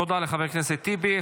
תודה לחבר הכנסת טיבי.